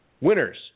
winners